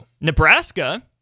Nebraska